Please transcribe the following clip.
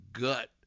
gut